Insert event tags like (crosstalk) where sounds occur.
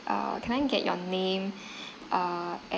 uh can I get your name (breath) uh and